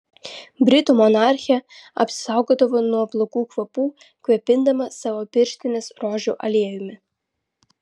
britų monarchė apsisaugodavo nuo blogų kvapų kvėpindama savo pirštines rožių aliejumi